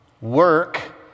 Work